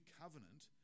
covenant